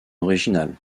original